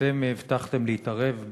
אתם הבטחתם להתערב,